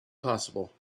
possible